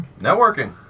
Networking